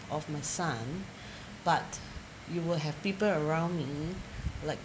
of my son but you will have people around me like